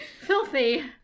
filthy